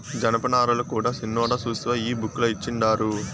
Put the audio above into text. జనపనారల కూడా సిన్నోడా సూస్తివా ఈ బుక్ ల ఇచ్చిండారు